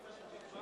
אני יודע מי.